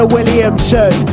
Williamson